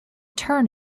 turn